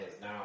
now